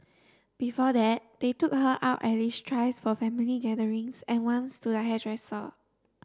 before that they took her out at least thrice for family gatherings and once to the hairdresser